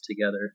together